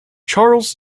charles